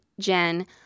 Jen